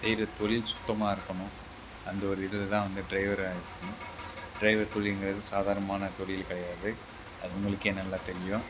செய்கிற தொழில் சுத்தமாயிருக்கணும் அந்த ஒரு இதில் தான் வந்து டிரைவரை டிரைவர் தொழில்ங்கிறது சாதாரணமான தொழில் கிடையாது அது உங்களுக்கே நல்லா தெரியும்